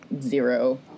zero